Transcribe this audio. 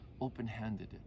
open-handed